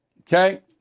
Okay